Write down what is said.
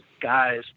guys